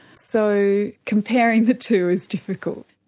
so comparing the two is difficult.